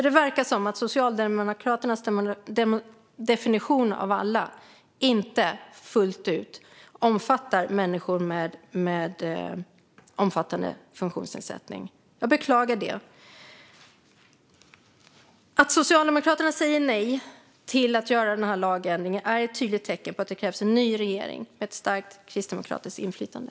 Det verkar som att Socialdemokraternas definition av alla inte fullt ut omfattar människor med omfattande funktionsnedsättning. Jag beklagar det. Att Socialdemokraterna säger nej till att göra lagändringen är ett tydligt tecken på att det krävs en ny regering med ett starkt kristdemokratiskt inflytande.